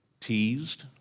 teased